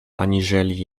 aniżeli